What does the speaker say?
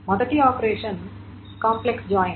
మొదటి operation complex join